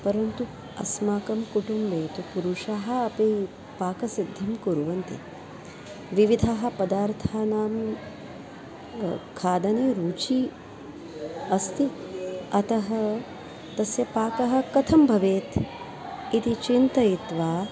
परन्तु अस्माकं कुटुम्बे तु पुरुषाः अपि पाकसिद्धिं कुर्वन्ति विविधाः पदार्थानां खादने रुचिः अस्ति अतः तस्य पाकः कथं भवेत् इति चिन्तयित्वा